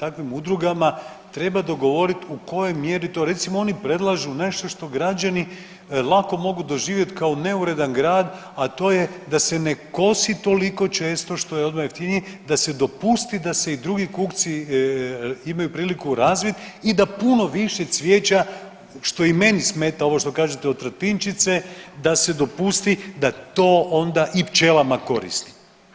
takvim udrugama treba dogovorit u kojoj mjeri to, recimo oni predlažu nešto što građani lako mogu doživjet kao neuredan grad, a to je da se ne kosi toliko često što je odmah jeftinije, da se dopusti da se i drugi kukci imaju priliku razvit i da puno više cvijeća, što i meni smeta ovo što kažete od tratinčice, da se dopusti da to onda i pčelama koristi.